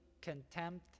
contempt